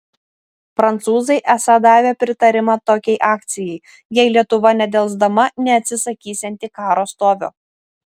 prancūzai esą davė pritarimą tokiai akcijai jei lietuva nedelsdama neatsisakysianti karo stovio